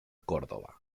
córdoba